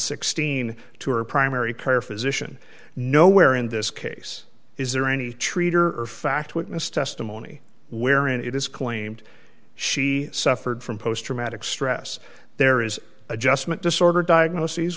sixteen to her primary care physician no where in this case is there any treater or fact witness testimony wherein it is claimed she suffered from post traumatic stress there is adjustment disorder diagnoses